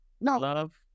Love